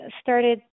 started